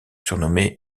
surnommé